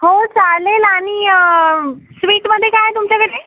हो चालेल आणि स्वीटमध्ये काय आहे तुमच्याकडे